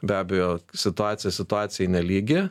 be abejo situacija situacijai nelygi